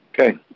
Okay